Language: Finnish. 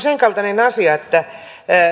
sen kaltainen asia että